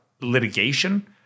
litigation